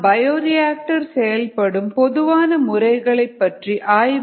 bioreactor செயல்படும் பொதுவான முறைகளைப் பற்றிய ஆய்வு